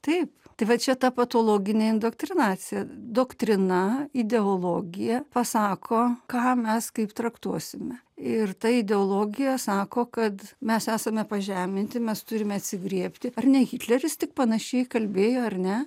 taip tai va čia ta patologinė indoktrinacija doktrina ideologija pasako ką mes kaip traktuosime ir ta ideologija sako kad mes esame pažeminti mes turime atsigriebti ar ne hitleris tik panašiai kalbėjo ar ne